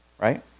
right